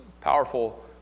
powerful